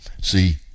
See